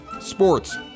sports